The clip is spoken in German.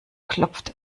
klopft